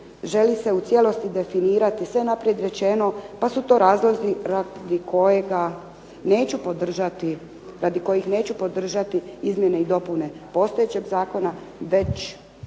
želi se u cijelosti definirati sve naprijed rečeno, pa su to razlozi radi kojih neću podržati izmjene i dopune postojećeg zakona, već